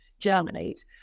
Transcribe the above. Germinate